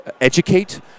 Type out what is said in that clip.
educate